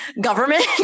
government